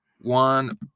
one